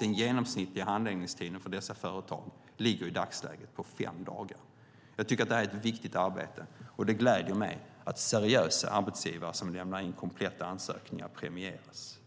Den genomsnittliga handläggningstiden för dessa företag ligger i dagsläget på fem dagar. Jag tycker att det är ett viktigt arbete, och det gläder mig att seriösa arbetsgivare som lämnar in kompletta ansökningar premieras.